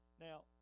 Now